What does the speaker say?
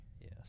Yes